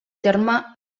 terme